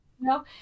No